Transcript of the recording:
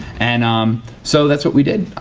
and um so that's what we did.